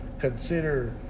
consider